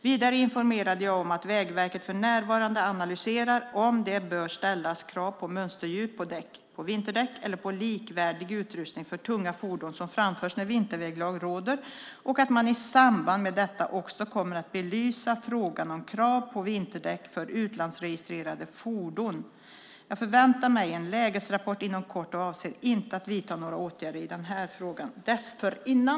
Vidare informerade jag om att Vägverket för närvarande analyserar om det bör ställas krav på mönsterdjup på däck, på vinterdäck eller på likvärdig utrustning för tunga fordon som framförs när vinterväglag råder och att man i samband med detta också kommer att belysa frågan om krav på vinterdäck för utlandsregistrerade fordon. Jag förväntar mig en lägesrapport inom kort och avser inte att vidta några åtgärder i frågan dessförinnan.